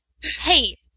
hey